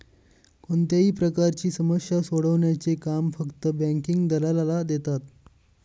कोणत्याही प्रकारची समस्या सोडवण्याचे काम फक्त बँकिंग दलालाला देतात